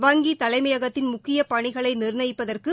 வங்கி தலைமையகத்தின் முக்கிய பணிகளை நிர்ணயிப்பதற்கு